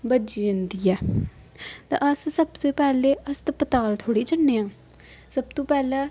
बज्जी जंदी ऐ तां अस सबसे पैह्ले हस्तपताल थोह्ड़े जन्ने आं सब तुं पैह्ला